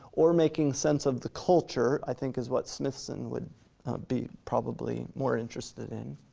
or making sense of the culture, i think is what smithson would be probably more interested in,